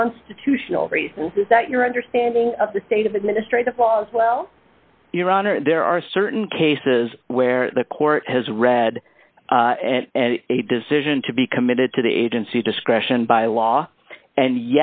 constitutional reason is that your understanding of the state of administrative laws well your honor there are certain cases where the court has read and a decision to be committed to the agency discretion by law and